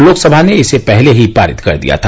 लोकसभा ने इसे पहले ही पारित कर दिया था